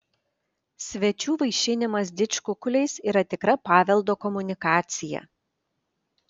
svečių vaišinimas didžkukuliais yra tikra paveldo komunikacija